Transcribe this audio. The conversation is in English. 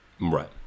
right